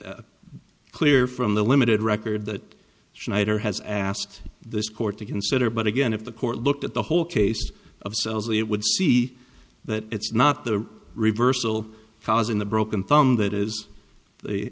s clear from the limited record that schneider has asked this court to consider but again if the court looked at the whole case of cells they would see that it's not the reversal causing the broken thumb that is the